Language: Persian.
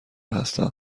هستم